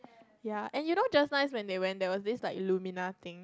ya and you know just nice when they went there's this illumina thing